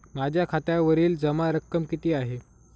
माझ्या खात्यावरील जमा रक्कम किती आहे?